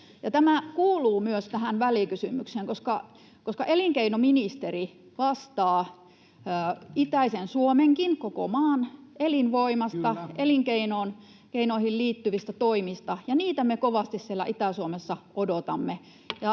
Tämä kuuluu myös tähän välikysymykseen, koska elinkeinoministeri vastaa itäisenkin Suomen, koko maan, elinvoimasta ja elinkeinoihin liittyvistä toimista, ja niitä me kovasti siellä Itä-Suomessa odotamme.